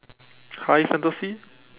high fantasy